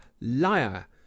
liar